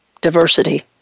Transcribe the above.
diversity